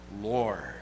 Lord